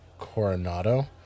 coronado